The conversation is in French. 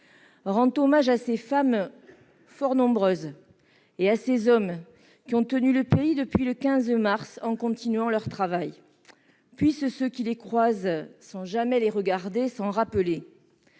rend hommage à ces femmes- fort nombreuses -et à ces hommes qui ont tenu le pays depuis le 15 mars dernier en continuant leur travail. Puissent ceux qui les croisent sans jamais les regarder se le rappeler.